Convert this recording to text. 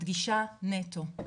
מדגישה נטו.